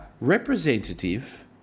representative